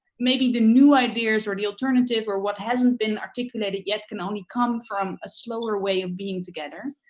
maybe the new ideas, or the alternative, or what hasn't been articulated yet can only come from a slower way of being together.